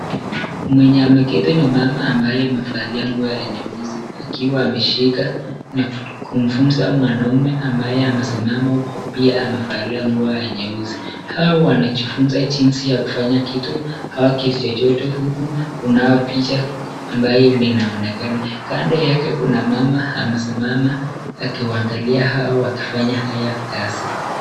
Mwenye ameketi ni mama ambaye amevalia nguo ya nyeusi, akiwa ameshika na kumfunza mwanaume ambaye amesimama huko pia amevalia nguo ya nyeusi, hao wanajifunza jinsi ya kufanya kitu au kitu chochote, huku kunao picha ambayo linaonekana, kando yake kuna mama amesimama akiangalia hawa wakifanya haya kazi.